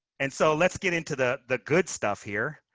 and so let's get into the the good stuff, here.